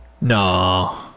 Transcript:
No